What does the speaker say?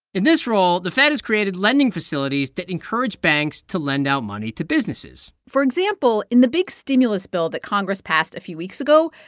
in this role, the fed has created lending facilities to encourage banks to lend out money to businesses for example, in the big stimulus bill that congress passed a few weeks ago,